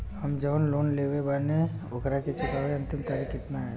हम जवन लोन लेले बानी ओकरा के चुकावे अंतिम तारीख कितना हैं?